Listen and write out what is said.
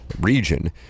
region